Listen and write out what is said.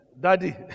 Daddy